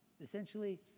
Essentially